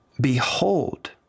behold